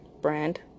brand